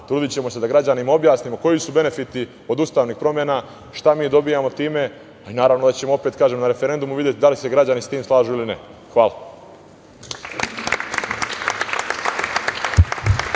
trudićemo se da građanima objasnimo koji su benefiti od ustavnih promena, šta mi dobijamo time i tada ćemo na referendumu videti da li se građani sa tim slažu ili ne. Hvala.